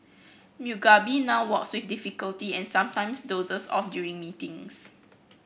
Mugabe now walks with difficulty and sometimes dozes off during meetings